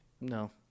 No